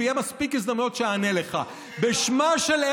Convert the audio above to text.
ויש מספיק הזדמנויות שאענה לך.